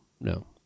no